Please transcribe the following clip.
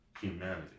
humanity